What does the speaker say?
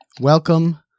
Welcome